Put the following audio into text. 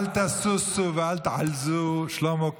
אבל שר, אין שר.